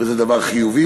וזה דבר חיובי,